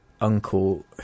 uncle